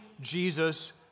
Jesus